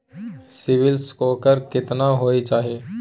CIBIL score केतना होय चाही?